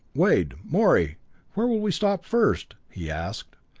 wade morey where will we stop first? he asked.